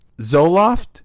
Zoloft